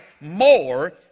more